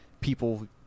people